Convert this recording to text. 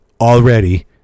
already